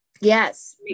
Yes